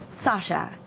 sasha,